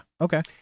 Okay